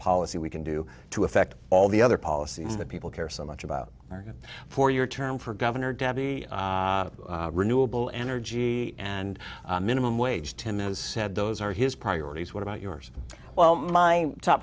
policy we can do to affect all the other policies that people care so much about it for your term for governor debbie renewable energy and minimum wage to me as said those are his priorities what about yours well my top